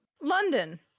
London